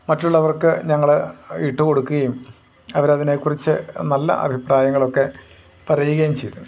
മറ്റുള്ളവർക്ക് ഞങ്ങൾ ഇട്ടു കൊടുക്കുകയും അവരതിനെക്കുറിച്ച് നല്ല അഭിപ്രായങ്ങളൊക്കെ പറയുകയും ചെയ്തു